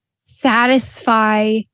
satisfy